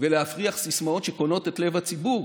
ולהפריח סיסמאות שקונות את לב הציבור.